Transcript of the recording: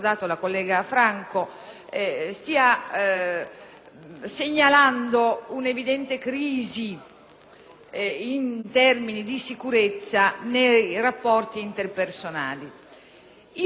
segnala un'evidente crisi in termini di sicurezza nei rapporti interpersonali. C'è sempre un provvedimento